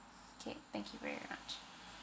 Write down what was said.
okay thank you very much